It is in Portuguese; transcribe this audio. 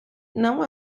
não